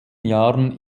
jahren